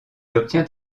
obtient